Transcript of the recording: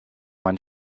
man